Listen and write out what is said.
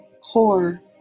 core